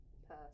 person